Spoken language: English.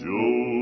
Joe